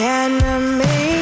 enemy